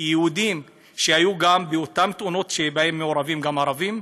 יהודים היו באותן תאונות שבהן מעורבים גם ערבים?